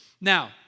Now